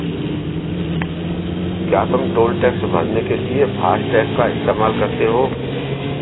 क्या तुम toll tax भरने के लिए फासटेग का इस्तेमाल करते हो?